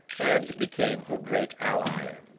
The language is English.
and became her great ally.